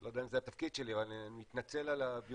אני לא יודע אם זה תפקידי אבל אני מתנצל על הבירוקרטיה,